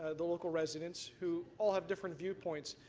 ah the local residents who all have different viewpoints.